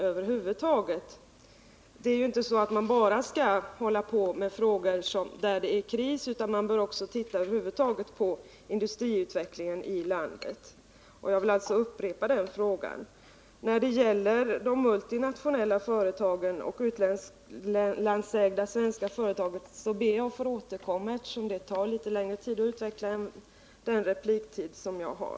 Man skall ju inte bara diskutera frågor som berör områden där det är kris, utan man bör också se på industriutvecklingen i stort i landet, och jag vill därför upprepa den fråga jag tidigare ställt. När det gäller frågan om de multinationella företagen och de utlandsägda svenska företagen ber jag att få återkomma, eftersom det tar litet längre tid att utveckla den än vad som står till buds för de repliker jag nu har.